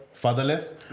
Fatherless